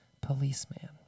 policeman